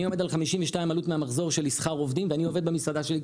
אני עומד על 52% עלות מהמחזור שלי שכר עובדים ואני עובד במסעדה שלי,